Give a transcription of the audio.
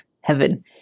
heaven